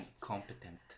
competent